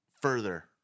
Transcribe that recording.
further